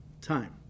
time